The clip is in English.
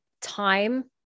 time